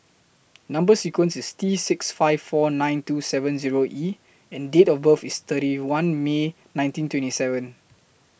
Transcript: Number sequence IS T six five four nine two seven Zero E and Date of birth IS thirty one May nineteen twenty seven